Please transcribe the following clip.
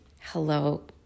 Hello